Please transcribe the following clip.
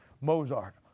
Mozart